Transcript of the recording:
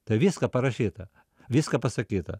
ta viską parašyta viską pasakyta